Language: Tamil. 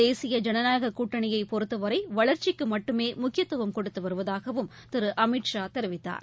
தேசிய ஜனநாயக கூட்டணியைப் பொறுத்தவரை வளர்ச்சிக்கு மட்டுமே முக்கியத்துவம் கொடுத்து வருவதாகவும் திரு அமித் ஷா தெரிவித்தார்